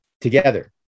together